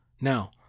now